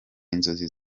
inzozi